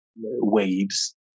waves